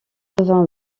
vingt